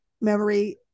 memory